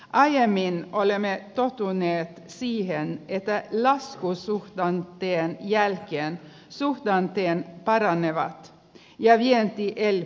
aiemmin olemme tottuneet siihen että laskusuhdanteen jälkeen suhdanteet paranevat ja vienti elpyy